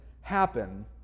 happen